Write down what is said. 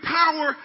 power